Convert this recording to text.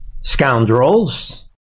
scoundrels